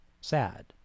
sad